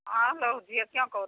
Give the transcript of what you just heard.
ହଁ ଲୋ ଝିଅ କିଅଁ କହୁଛୁ